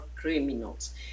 criminals